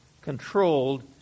controlled